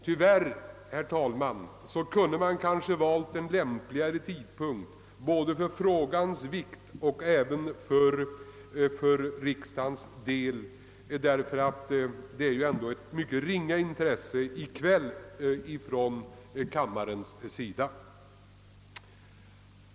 Tyvärr, herr talman, kunde det kanske valts en lämpligare tidpunkt både med tanke på frågans vikt och kammarle damöternas mycket ringa intresse just i kväll.